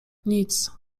nic